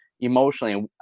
emotionally